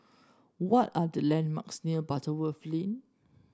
what are the landmarks near Butterworth Lane